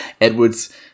Edwards